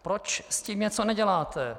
Proč s tím něco neděláte?